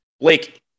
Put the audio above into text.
Blake